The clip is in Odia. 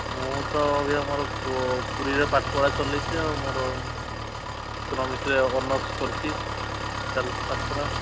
ମୁଁ ତ ଅବିକା ମୋର ପୁରୀରେ ପାଠପଢ଼ା ଚଲେଇଛି ଆଉ ମୋର ଇକୋନୋମିକ୍ସରେ ଅନର୍ସ୍ କରିଛି ଚାଲିଛି ପାଠପଢ଼ା